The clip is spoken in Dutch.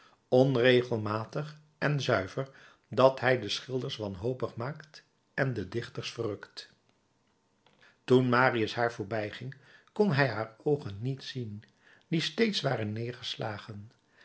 onregelmatig en zuiver dat hij de schilders wanhopig maakt en de dichters verrukt toen marius haar voorbijging kon hij haar oogen niet zien die steeds waren neergeslagen